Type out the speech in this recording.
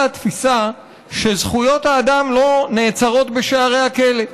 התפיסה שזכויות האדם לא נעצרות בשערי הכלא.